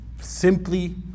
simply